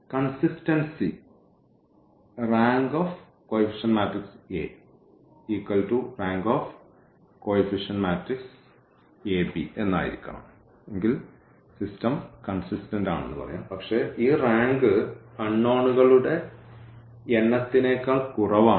consistency rank A rank എന്നായിരിക്കണം പക്ഷേ ഈ റാങ്ക് അൺനോണുകളുടെ എണ്ണത്തിനേക്കാൾ കുറവാണ്